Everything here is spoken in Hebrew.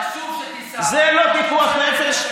אסור שתיסע, זה לא פיקוח נפש?